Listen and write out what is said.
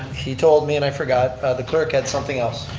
he told me and i forgot. clerk had something else.